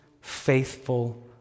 faithful